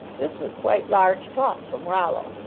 this was quite large talk from rollo,